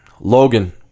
logan